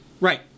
Right